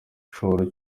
igishoro